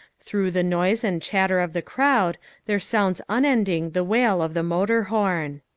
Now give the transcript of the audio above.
through the noise and chatter of the crowd there sounds unending the wail of the motor horn.